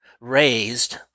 raised